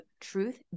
truth